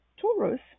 Taurus